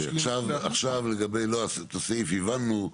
אוקיי, עכשיו, את הסעיף הבנו.